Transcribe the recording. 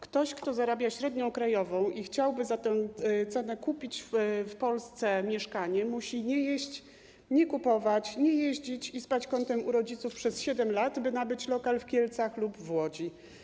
Ktoś, kto zarabia średnią krajową i chciałby za tę cenę kupić w Polsce mieszkanie, musi nie jeść, nie kupować, nie jeździć i spać kątem u rodziców przez 7 lat, by nabyć lokal w Kielcach lub w Łodzi.